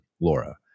Laura